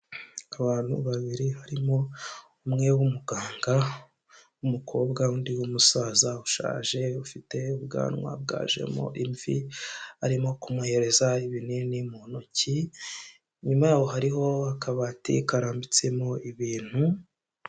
Abantu babiri harimo umwe w'umuganga w'umukobwa undi w'umusaza ushaje ufite ubwanwa bwajemo imvi, arimo kumuhereza ibinini mu ntoki, inyuma yaho hariho akabati karambitsemo ibintu.